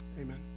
Amen